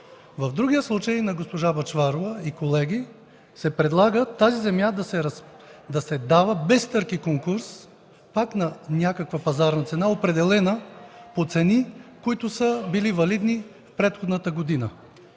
В другия случай – на госпожа Бъчварова и колеги, се предлага тази земя да се дава без търг и конкурс пак на някаква пазарна цена, определена по цени, които са били валидни предходната година.